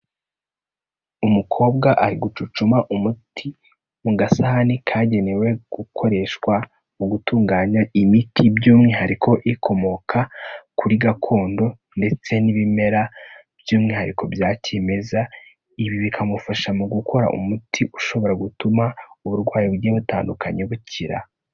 Umukobwa ari gucucuma umuti mu gasahani kagenewe gukoreshwa mu gutunganya imiti, by'umwihariko ikomoka kuri gakondo ndetse n'ibimera by'umwihariko bya kimeza, ibi bikamufasha mu gukora umuti ushobora gutuma uburwayi bugiye butandukanye bukira.